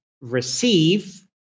receive